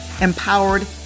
empowered